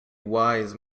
wise